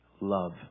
Love